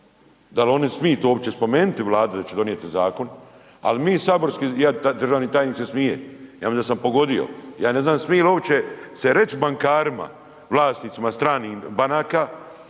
da li oni to smiju uopće spomenuti Vladi da će donijeti zakon, ali mi saborski, državni tajnik se smije, ja mislim da sam pogodio, ja ne znam jel se smije uopće reć bankarima, vlasnicima stranih banaka,